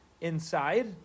inside